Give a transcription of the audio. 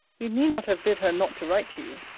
you need not have bid her not to write to you.